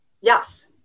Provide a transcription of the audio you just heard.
Yes